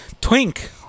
Twink